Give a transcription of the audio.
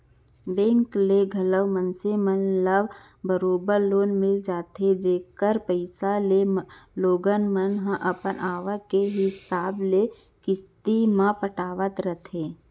bank ले घलौ मनसे मन ल बरोबर लोन मिल जाथे जेकर पइसा ल लोगन मन अपन आवक के हिसाब ले किस्ती म पटावत रथें